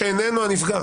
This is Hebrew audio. שאיננו הנפגע".